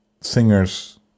singers